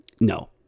no